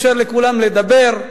אפשר לכולם לדבר,